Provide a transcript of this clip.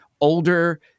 older